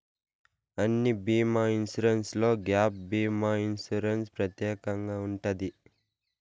అన్ని బీమా ఇన్సూరెన్స్లో గ్యాప్ భీమా ఇన్సూరెన్స్ ప్రత్యేకంగా ఉంటది